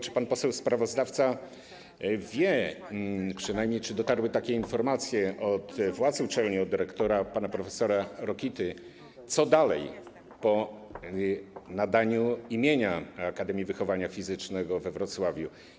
Czy pan poseł sprawozdawca wie, czy dotarły takie informacje od władz uczelni, od dyrektora pana prof. Rokity, co dalej po nadaniu imienia Akademii Wychowania Fizycznego we Wrocławiu?